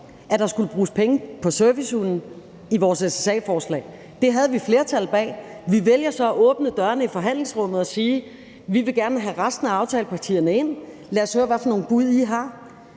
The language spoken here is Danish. at der skulle bruges penge på servicehunde, i vores SSA-forslag. Det havde vi et flertal bag. Vi vælger så at åbne dørene i forhandlingsrummet og sige, at vi gerne vil have resten af aftalepartierne ind, og at sige: Lad os høre, hvad for nogle bud I har.